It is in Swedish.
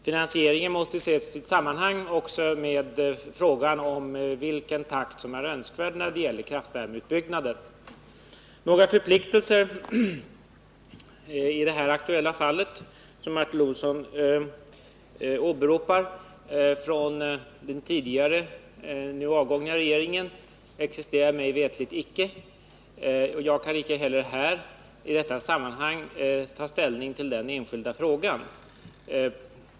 Finansieringen måste ju ses i sammanhang också med frågan om vilken takt som är önskvärd när det gäller kärnkraftvärmeutbyggnaden. Några förpliktelser i det här aktuella fallet, som Martin Olsson åberopar, från den tidigare nu avgångna regeringen existerar mig veterligt icke. Jag kan inte heller här i detta sammanhang ta ställning till den enskilda frågan.